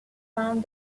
found